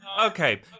Okay